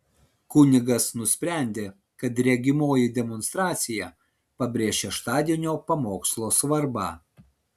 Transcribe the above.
kunigas nusprendė kad regimoji demonstracija pabrėš šeštadienio pamokslo svarbą